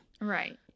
right